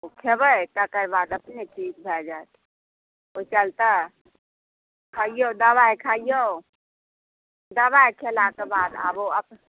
ओ खेबै तकर बाद अपने ठीक भय जायत ओ चलते खइयौ दवाइ खइयौ दवाइ खेलाकेँ बाद आब ओ अपने